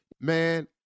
Man